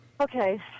okay